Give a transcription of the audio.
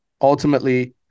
ultimately